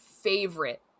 favorite